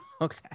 Okay